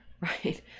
right